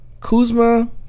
Kuzma